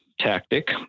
tactic